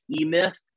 E-Myth